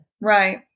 Right